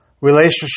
relationship